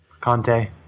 conte